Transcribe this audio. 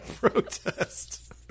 protest